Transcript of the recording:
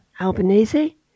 Albanese